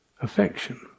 affection